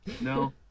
no